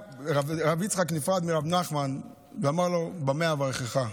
רב יצחק נפרד מרב נחמן ואמר לו: במה אברכך?